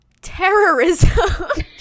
Terrorism